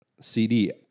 CD